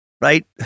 right